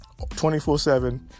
24-7